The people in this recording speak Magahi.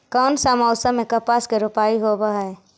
कोन सा मोसम मे कपास के रोपाई होबहय?